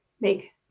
make